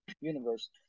universe